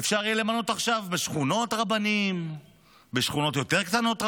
אפשר יהיה למנות עכשיו רבנים בשכונות יותר קטנות.